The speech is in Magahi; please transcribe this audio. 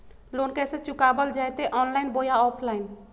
लोन कैसे चुकाबल जयते ऑनलाइन बोया ऑफलाइन?